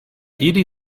ili